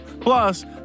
Plus